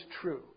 true